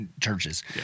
churches